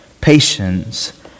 patience